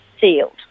sealed